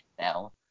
now